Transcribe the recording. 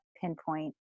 pinpoint